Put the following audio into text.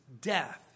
death